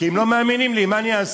כי הם לא מאמינים לי, מה אני אעשה?